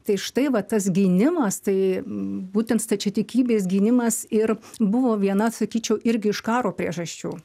tai štai va tas gynimas tai būtent stačiatikybės gynimas ir buvo viena sakyčiau irgi iš karo priežasčių